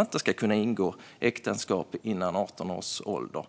inte ska kunna ingå äktenskap före 18 års ålder.